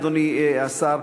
אדוני השר,